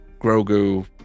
Grogu